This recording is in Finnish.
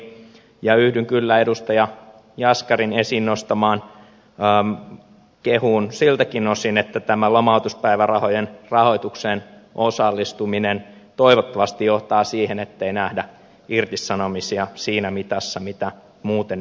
ja yhdyn kyllä edustaja jaskarin esiin nostamaan kehuun siltäkin osin että tämä lomautuspäivärahojen rahoitukseen osallistuminen toivottavasti johtaa siihen ettei nähdä irtisanomisia siinä mitassa missä muuten nähtäisiin